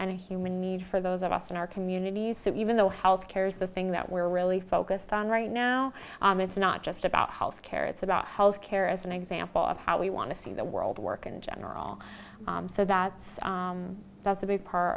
and human need for those of us in our communities so even though health care is the thing that we're really focused on right now it's not just about health care it's about health care as an example of how we want to see the world work in general so that that's a big part